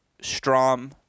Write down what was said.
strom